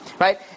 Right